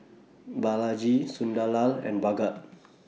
Balaji Sunderlal and Bhagat